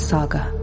Saga